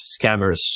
scammers